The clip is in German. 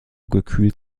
gekühlt